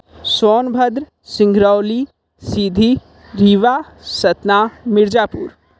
Sonbhadra Singrauli Sidhi Rewa Satna Mirzapur